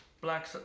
Black